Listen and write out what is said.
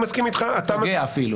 הוא אפילו